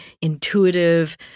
intuitive